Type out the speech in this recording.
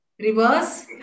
Reverse